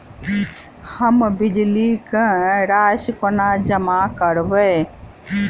हम बिजली कऽ राशि कोना जमा करबै?